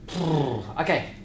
Okay